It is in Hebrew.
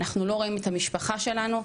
אנחנו לא רואים את המשפחה שלנו.